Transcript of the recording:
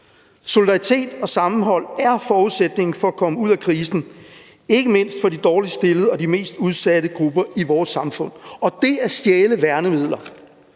Solidaritet og sammenhold er forudsætningen for at komme ud af krisen, ikke mindst for de dårligst stillede og de mest udsatte grupper i vores samfund. Og det at stjæle værnemidler